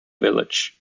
village